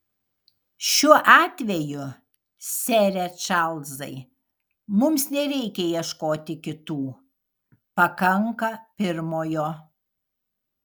šiuo atveju sere čarlzai mums nereikia ieškoti kitų pakanka pirmojo